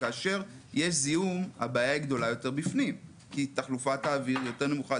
כאשר יש זיהום הבעיה גדולה יותר בפנים כי תחלופת האוויר יותר נמוכה.